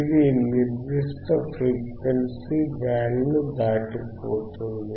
ఇది నిర్దిష్ట ఫ్రీక్వెన్సీ బ్యాండ్ను దాటిపోతుంది